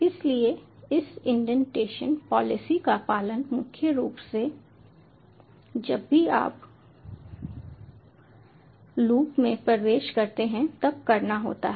इसलिए इस indentation policy का पालन मुख्य रूप से जब भी आप लूप में प्रवेश करते हैं तब करना होता है